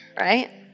right